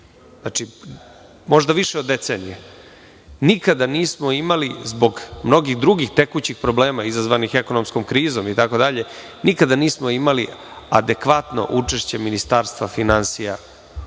periodu, možda više od decenije nikada nismo imali zbog možda drugih tekućih problema izazvanih ekonomskom krizom itd, nikada nismo imali adekvatno učešće Ministarstva finansija